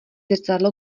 zrcadlo